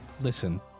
Listen